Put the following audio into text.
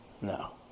No